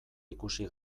ikusi